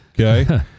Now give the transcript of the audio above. Okay